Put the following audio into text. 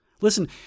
Listen